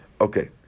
Okay